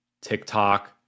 TikTok